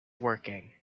working